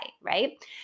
right